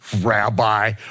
rabbi